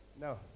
No